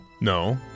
No